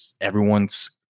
everyone's